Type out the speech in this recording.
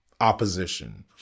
opposition